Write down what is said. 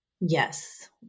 Yes